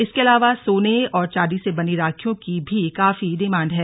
इसके अलावा सोने और चांदी से बनी राखियों की भी काफी डिमांड है